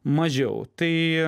mažiau tai